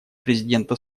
президента